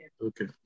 Okay